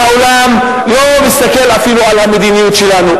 והעולם לא מסתכל אפילו על המדיניות שלנו,